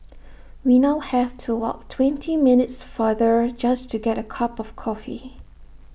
we now have to walk twenty minutes farther just to get A cup of coffee